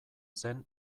zen